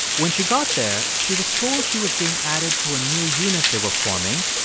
when she got there, she was told she was being added to a new unit they were forming.